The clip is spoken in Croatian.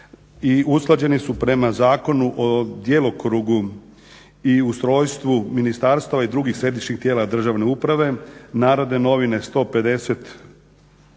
usklađeni su prema Zakonu o djelokrugu i ustrojstvu ministarstava i drugih središnjih tijela državne uprave NN 150/2011.